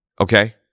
Okay